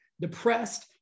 depressed